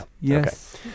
yes